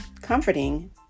comforting